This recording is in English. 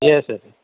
yes yes